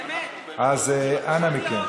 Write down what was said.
אז אנא מכם.